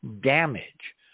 damage